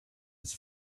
his